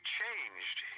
changed